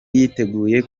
yiteguye